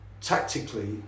Tactically